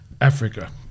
Africa